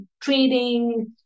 trading